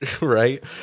Right